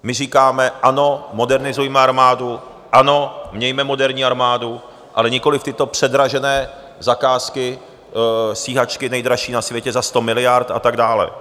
My říkáme: Ano, modernizujme armádu, ano, mějme moderní armádu, ale nikoliv tyto předražené zakázky, stíhačky nejdražší na světě za 100 miliard a tak dále.